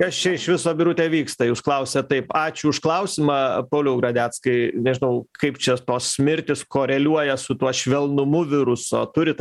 kas čia iš viso birute vyksta jūs klausiat taip ačiū už klausimą pauliau gradeckai nežinau kaip čia tos mirtys koreliuoja su tuo švelnumu viruso turit